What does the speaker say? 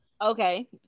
Okay